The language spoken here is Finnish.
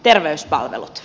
terveyspalvelut